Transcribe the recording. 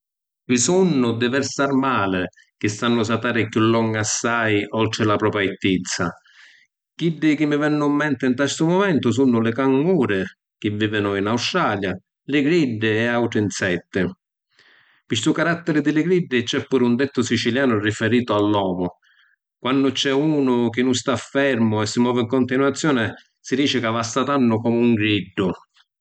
Ci sunnu diversi armali chi sannu satàri chiù longu assai oltri la propia altizza. Chiddi chi vennu ‘n menti nta stu mumentu sunnu li canguri, chi vivinu in Australia, li griddi e autri insetti. Pi stu carattari di li griddi c’è puru un dettu sicilianu riferitu all’omu. Quannu c’è unu chi nun sta fermu e si movi ‘n cuntinuazioni si dici ca va satannu comu un griddu.